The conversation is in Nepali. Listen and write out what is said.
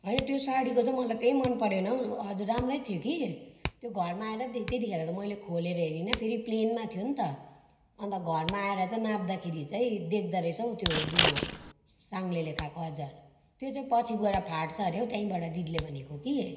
होइन त्यो साडीको चाहिँ मलाई त्यही मन परेन हौ हजुर राम्रै थियो कि त्यो घरमा आएर पो देखेँ त्यातिखेर त मैले खोलेर हेरिनँ फेरि प्लेनमा थियो नि त अन्त घरमा आएर त नाप्दाखेरि चाहिँ देख्दो रहेछ हौ त्यो दुलो साङ्लेले खाएको हजुर त्यो चाहिँ पछि गएर फाट्छ हरे हौ त्यहीँबाट दिदीले भनेको कि